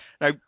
Now